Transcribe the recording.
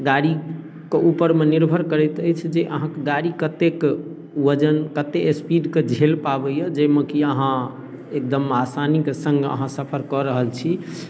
गाड़ीके उपरमे निर्भर करैत अछि जे अहाँके गाड़ी कतेक वजन कतेक स्पीडके झेलि पाबैए जाहिमे कि अहाँ एकदम आसानीके सङ्ग अहाँ सफर कऽ रहल छी